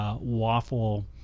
waffle